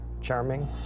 charming